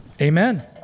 amen